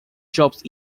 jobs